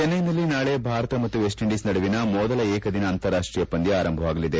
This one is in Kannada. ಚೆನ್ನೈನಲ್ಲಿ ನಾಳೆ ಭಾರತ ಮತ್ತು ವೆಸ್ಟ್ ಇಂಡೀಸ್ ನಡುವಿನ ಮೊದಲ ಏಕದಿನ ಅಂತಾರಾಷ್ಷೀಯ ಪಂದ್ಯ ಆರಂಭವಾಗಲಿದೆ